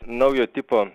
naujo tipo